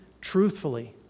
truthfully